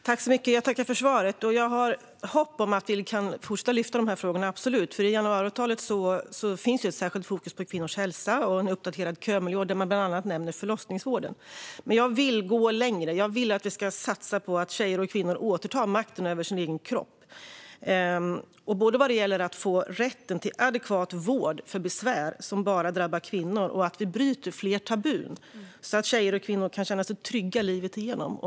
Fru talman! Jag tackar för svaret! Jag har hopp om att vi kan fortsätta att lyfta fram de frågorna. I januariavtalet finns ett särskilt fokus på kvinnors hälsa och en uppdaterad kömiljard där man bland annat nämner förlossningsvården. Men jag vill gå längre. Jag vill att vi ska satsa på att tjejer och kvinnor ska återta makten över sin egen kropp. Det gäller både rätten att få adekvat vård för besvär som bara drabbar kvinnor och att vi bryter fler tabun så att tjejer och kvinnor kan känna sig trygga livet igenom.